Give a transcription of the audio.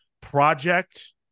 project